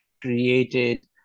created